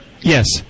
Yes